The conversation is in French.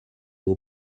aux